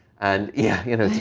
and, yeah, you know,